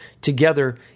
together